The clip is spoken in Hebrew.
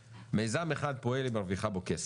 מיזם אחד פועל והיא מרוויחה בו כסף,